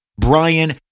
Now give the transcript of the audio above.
Brian